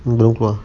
belum keluar